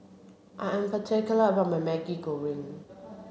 I am particular about my Maggi Goreng